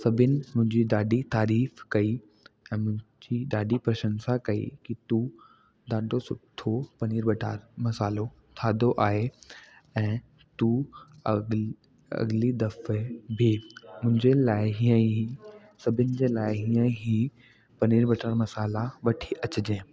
सभिनी मुंहिंजी ॾाढी तारीफ़ कई ऐं मुंहिंजी ॾाढी प्रशंसा कई की तूं ॾाढो सुठो पनीर बटर मसालो ठाहियो आहे ऐं तूं अॻ अॻिली दफ़े बि मुंहिंजे लाइ हीअं ई सभिनी जे लाइ हीअं ई पनीर बटर मसाला वठी अचिजांइ